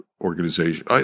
organization